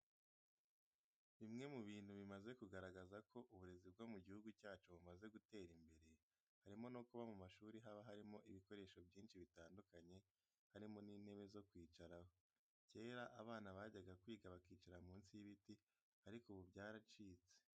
Bimwe mu bintu bimaze kugaragaza ko uburezi bwo mu gihugu cyacu bumaze gutera imbere, harimo no kuba mu mashuri haba harimo ibikoresho byinshi bitandukanye harimo n'intebe zo kwicaraho. Kera abana bajyaga kwiga bakicara munsi y'ibiti ariko ubu byaracitse.